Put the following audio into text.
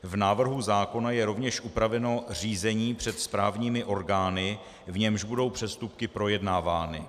V návrhu zákona je rovněž upraveno řízení před správními orgány, v němž budou přestupky projednávány.